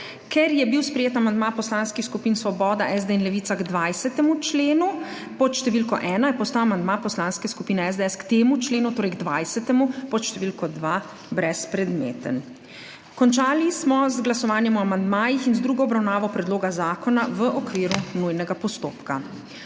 Ker je bil sprejet amandma poslanskih skupin Svoboda, SD in Levica k 20. členu pod številko 1, je postal amandma Poslanske skupine SDS k temu členu, torej k 20. pod številko 2 brezpredmeten. Končali smo z glasovanjem o amandmajih in z drugo obravnavo predloga zakona v okviru nujnega postopka.